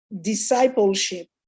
discipleship